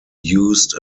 used